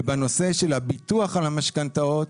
ובנושא של הביטוח על המשכנתאות,